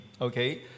okay